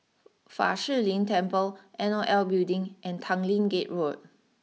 Fa Shi Lin Temple N O L Building and Tanglin Gate Road